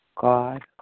God